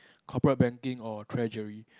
corporate banking or treasury